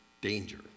danger